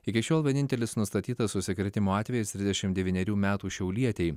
iki šiol vienintelis nustatytas užsikrėtimo atvejis trisdešim devynerių metų šiaulietei